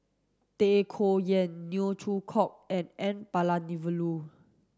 Tay Koh Yat Neo Chwee Kok and N Palanivelu